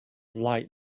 light